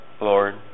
Lord